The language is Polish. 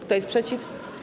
Kto jest przeciw?